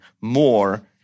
more